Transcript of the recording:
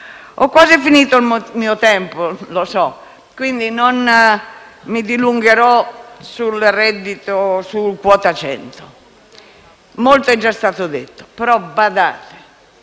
Ho quasi finito il mio tempo, lo so, quindi non mi dilungherò su quota 100. Molto è già stato detto, ma - badate